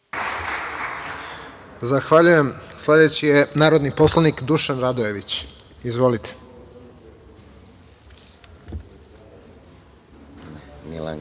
Zahvaljujem. Sledeći je narodni poslanik Dušan Radojević. Izvolite. **Dušan